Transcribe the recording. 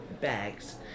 bags